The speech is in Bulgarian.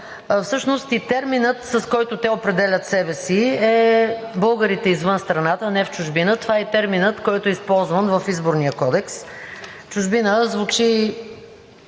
Всъщност и терминът, с който те определят себе си, е: „българите извън страната“, а не: „в чужбина“. Това е и терминът, който е използван в Изборния кодекс. „Чужбина“ звучи